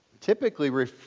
typically